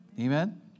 Amen